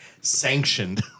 sanctioned